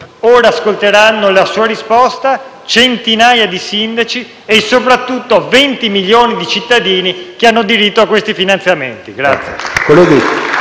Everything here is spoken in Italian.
ascolteranno la sua risposta centinaia di sindaci e soprattutto i venti milioni di cittadini che hanno diritto a questi finanziamenti.